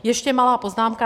Ještě malá poznámka.